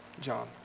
John